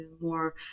more